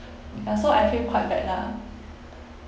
ya so I feel quite bad lah